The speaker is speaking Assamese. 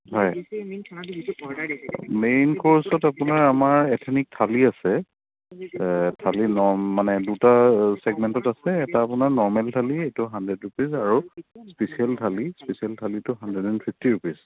হয় মেইন ক'ৰ্চত আপোনাৰ আমাৰ এথেনিক থালি আছে থালি ন মানে দুটা চেগমেন্টত আছে এটা আপোনাৰ নৰমেল থালি এইটো হাণ্ড্ৰেড ৰুপিজ আৰু স্পিচিয়েল থালি স্পিচিয়েল থালিটো হাণ্ড্ৰেড এণ্ড ফিফটী ৰুপিজ